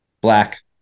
Black